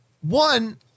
One